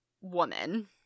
woman